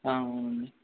ఉంది